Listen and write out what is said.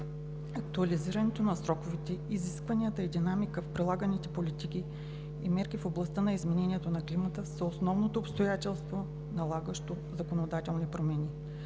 Актуализирането на сроковете, изискванията и динамиката в прилаганите политики и мерки в областта на изменението на климата са основното обстоятелство, налагащо законодателни промени.